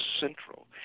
central